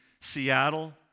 Seattle